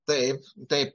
taip taip